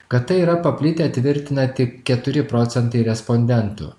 kad tai yra paplitę tvirtina tik keturi procentai respondentų